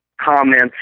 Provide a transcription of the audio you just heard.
comments